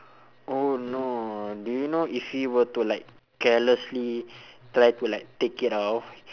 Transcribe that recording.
oh no do you know if he were to like carelessly try to like take it off